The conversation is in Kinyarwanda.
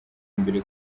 mbere